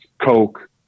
Coke